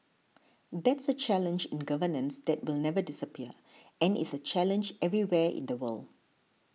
that's a challenge in governance that will never disappear and is a challenge everywhere in the world